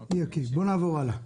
נעבור הלאה.